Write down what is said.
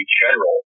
general